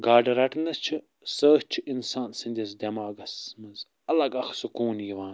گاڈٕ رَٹنس چھِ سۭتۍ چھِ اِنسان سٕنٛدِس دٮ۪ماغس منٛز الگ اکھ سُکون یِوان